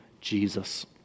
Jesus